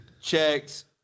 checks